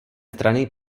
strany